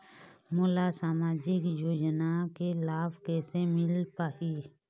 मोला सामाजिक योजना के लाभ कैसे म मिल पाही?